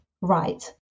right